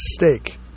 mistake